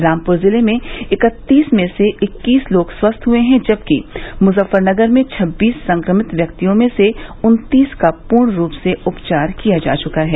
रामपुर जिले में इकत्तीस में से इक्कीस लोग स्वस्थ हुए हैं जबकि मुजफ्फरनगर में छब्बीस संक्रमित व्यक्तियों में से उन्नीस का पूर्ण रूप से उपचार किया जा चुका है